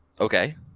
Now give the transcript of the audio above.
Okay